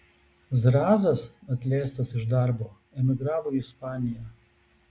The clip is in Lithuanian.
zrazas atleistas iš darbo emigravo į ispaniją